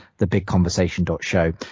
thebigconversation.show